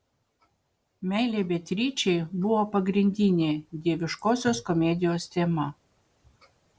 meilė beatričei buvo pagrindinė dieviškosios komedijos tema